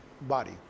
body